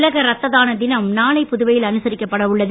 உலக ரத்த தான தினம் நாளை புதுவையில் அனுசரிக்கப்பட உள்ளது